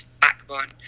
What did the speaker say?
backbone